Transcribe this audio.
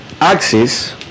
axis